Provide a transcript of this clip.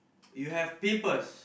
you have papers